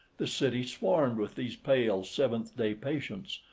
the city swarmed with these pale seventh-day patients,